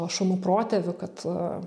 šunų protėvių kad